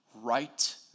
right